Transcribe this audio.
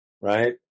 right